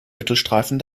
mittelstreifen